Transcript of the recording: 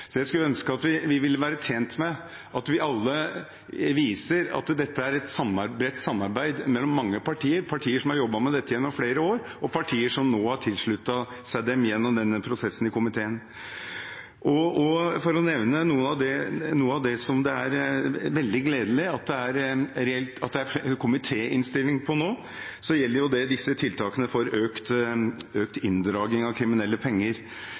Vi ville være tjent med at vi alle viser at dette er resultatet av et bredt samarbeid mellom mange partier – partier som har jobbet med dette gjennom flere år, og partier som nå har tilsluttet seg det gjennom denne prosessen i komiteen. For å nevne noe av det som det er veldig gledelig at det er en komitéinnstilling bak nå, er tiltakene for økt inndragning av kriminelle penger. Den kriminelle økonomien i Norge anslås å ligge på 145 mrd. kr, mens det som per år inndras av politiet av kriminelle penger,